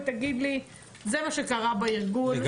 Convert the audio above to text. זה מה שקרה בארגון,